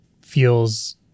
feels